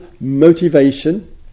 motivation